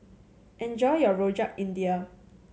enjoy your Rojak India